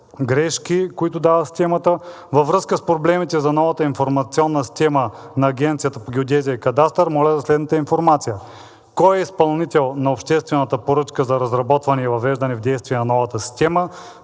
грешки, които дава системата. Във връзка с проблемите на новата информационна система на Агенцията по геодезия, картография и кадастър моля за следната информация: кой е изпълнител на обществената поръчка за разработване и въвеждане в действие на новата система?